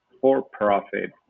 for-profit